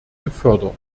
gefördert